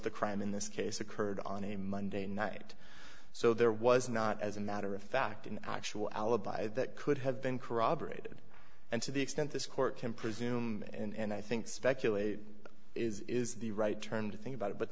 the crime in this case occurred on a monday night so there was not as a matter of fact an actual alibi that could have been corroborated and to the extent this court can presume and i think speculate is the right term to think about it but